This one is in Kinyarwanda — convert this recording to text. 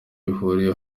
bihuriyeho